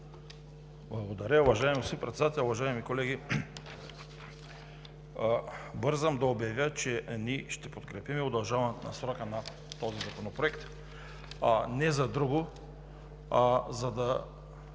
Благодаря. Уважаеми господин Председател, уважаеми колеги! Бързам да обявя, че ние ще подкрепим удължаването на срока на този законопроект не за друго, а за